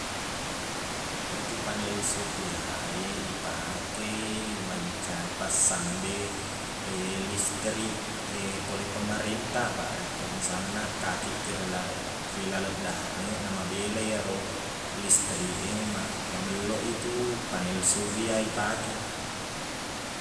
Iyatu panel surya e, ipake i mancaji passambe listrik e pole pamarenta. Apaq, rekko misalna kaki kerele- ri laleng dareq na mabele iyaro listrik e, maq- mabelloq i tu panel surya ipake.